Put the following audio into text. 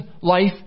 life